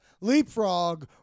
Leapfrog